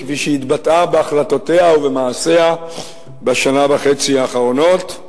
כפי שהתבטאה בהחלטותיה ובמעשיה בשנה וחצי האחרונות.